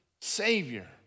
savior